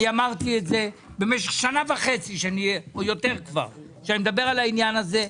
אני אמרתי את זה וכבר במשך שנה וחצי או יותר אני מדבר על העניין הזה.